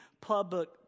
public